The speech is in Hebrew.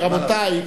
רבותי,